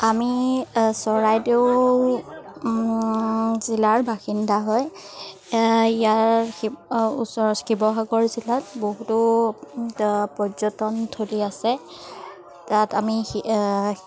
আমি চৰাইদেউ জিলাৰ বাসিন্দা হয় ইয়াৰ শি ওচৰ শিৱসাগৰ জিলাত বহুতো পৰ্যটনস্থলী আছে তাত আমি